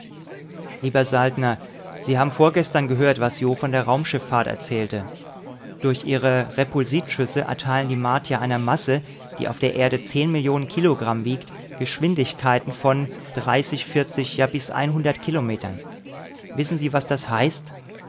lieber saltner sie haben vorgestern gehört was jo von der raumschiffahrt erzählte durch ihre repulsitschüsse erteilen die martier einer masse die auf der erde zehn millionen kilogramm wiegt geschwindigkeiten von ja bis kilometern wissen sie was das heißt